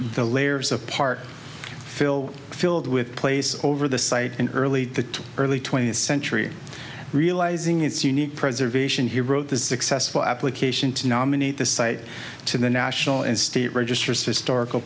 the layers apart fill filled with place over the site in early the early twentieth century realizing its unique preservation he wrote the successful application to nominate the site to the national and state